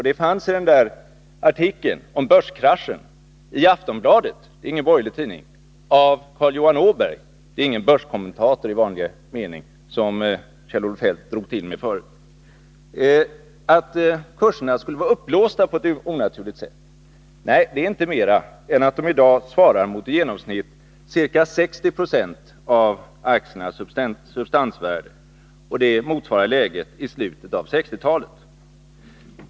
Det fanns i den där artikeln om börskraschen i Aftonbladet — det är ingen borgerlig tidning, och Carl Johan Åberg är ingen börskommentator i vanlig mening, som Kjell-Olof Feldt drog till med förut. Det sägs att kurserna skulle vara uppblåsta på ett onaturligt sätt. Nej, inte mer än att de i dag svarar mot i genomsnitt ca 60 96 av aktiernas substansvärde, och det motsvarar läget i slutet av 1960-talet.